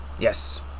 Yes